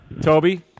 Toby